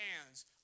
hands